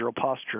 posture